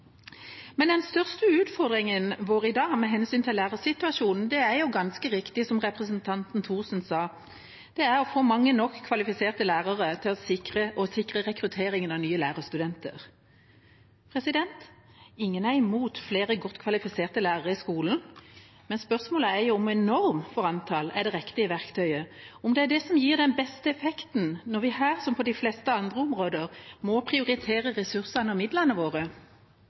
Men den største utfordringen vår i dag med hensyn til lærersituasjonen er, som representanten Thorsen ganske riktig sa, å få mange nok kvalifiserte lærere og sikre rekrutteringen av nye lærerstudenter. Ingen er imot flere godt kvalifiserte lærere i skolen, men spørsmålet er om en norm for antall er det riktige verktøyet, om det er det som gir den beste effekten, når vi her, som på de fleste andre områder, må prioritere ressursene og midlene våre.